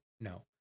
no